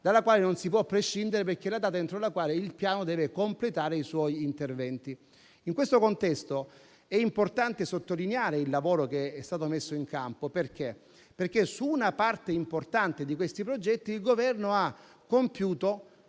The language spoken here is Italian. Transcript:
dalla quale non si può prescindere perché è la data entro la quale il Piano deve completare i suoi interventi. In questo contesto, è importante sottolineare il lavoro che è stato messo in campo, perché su una parte importante di questi progetti il Governo ha compiuto